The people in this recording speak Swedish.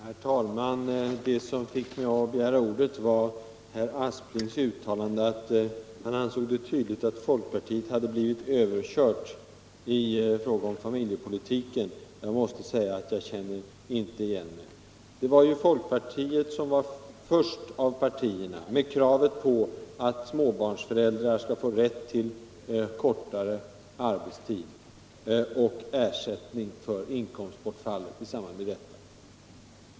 Herr talman! Det som fick mig att begära ordet var herr Asplings uttalande att folkpartiet skulle ha blivit överkört i fråga om familjepolitiken. Jag måste säga att jag känner inte igen mig. Det var ju folkpartiet som var först av partierna med kravet på att småbarnsföräldrar skulle få rätt till kortare arbetstid och ersättning för inkomstbortfall i samband därmed.